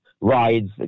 rides